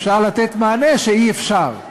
אפשר לתת מענה שאי-אפשר,